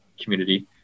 community